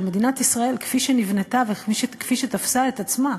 של מדינת ישראל כפי שנבנתה וכפי שתפסה את עצמה,